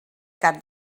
cap